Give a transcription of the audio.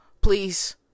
please